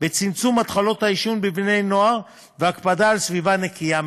בצמצום התחלות העישון אצל בני-נוער ובהקפדה על סביבה נקייה מעישון,